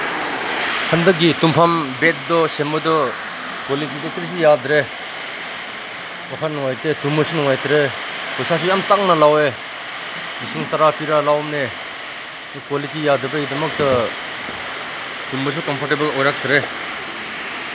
ꯍꯟꯗꯛꯀꯤ ꯇꯨꯝꯐꯝ ꯕꯦꯗꯇꯣ ꯁꯦꯝꯕꯗꯣ ꯀ꯭ꯋꯥꯂꯤꯇꯤꯁꯨ ꯌꯥꯗ꯭ꯔꯦ ꯋꯥꯈꯟ ꯅꯨꯡꯉꯥꯏꯇꯦ ꯇꯨꯝꯕꯁꯨ ꯅꯨꯡꯉꯥꯏꯇ꯭ꯔꯦ ꯄꯩꯁꯥꯁꯨ ꯌꯥꯝ ꯇꯥꯡꯅ ꯂꯧꯔꯦ ꯂꯤꯁꯤꯡ ꯇꯔꯥ ꯄꯤꯔ ꯂꯧꯕꯅꯦ ꯀ꯭ꯋꯥꯂꯤꯇꯤ ꯌꯥꯗꯕꯒꯤꯗꯃꯛꯇ ꯇꯨꯝꯕꯁꯨ ꯀꯝꯐꯣꯔꯇꯦꯕꯜ ꯑꯣꯏꯔꯛꯇ꯭ꯔꯦ